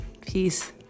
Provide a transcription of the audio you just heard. Peace